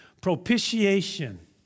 propitiation